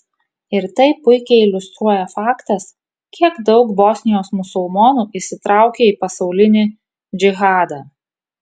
ir tai puikiai iliustruoja faktas kiek daug bosnijos musulmonų įsitraukė į pasaulinį džihadą